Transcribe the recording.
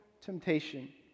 temptation